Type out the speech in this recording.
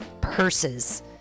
purses